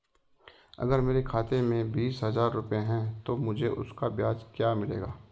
अगर मेरे खाते में बीस हज़ार रुपये हैं तो मुझे उसका ब्याज क्या मिलेगा?